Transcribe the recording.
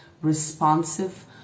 responsive